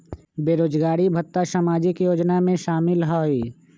बेरोजगारी भत्ता सामाजिक योजना में शामिल ह ई?